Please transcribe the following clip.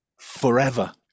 forever